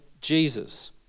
Jesus